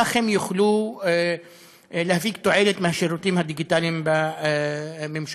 כך הם יוכלו להפיק תועלת מהשירותים הדיגיטליים בממשלה,